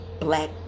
black